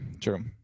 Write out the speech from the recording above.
true